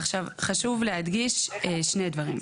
עכשיו, חשוב להדגיש שני דברים.